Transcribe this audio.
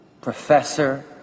professor